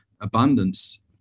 abundance